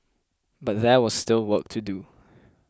but there was still work to do